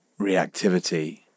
reactivity